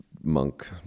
monk